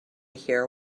hear